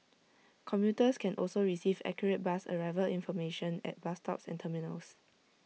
commuters can also receive accurate bus arrival information at bus stops and terminals